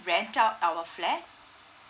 rent out our flat